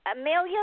Amelia